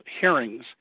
hearings